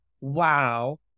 wow